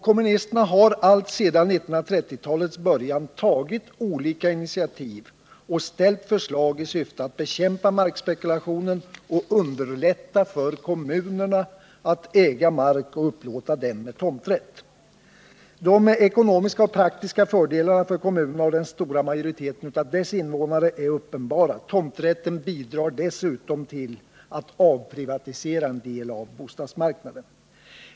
Kommunisterna har alltsedan 1930-talets början tagit olika initiativ och framställt förslag i syfte att bekämpa markspekulationen och underlätta för kommunerna att äga mark och upplåta den med tomträtt. De ekonomiska och praktiska fördelarna för kommunerna och den stora majoriteten av dess invånare är uppenbara. Tomträtten bidrar dessutom till att avprivatisera en del av bostadsmarknaden.